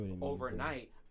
overnight